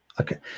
Okay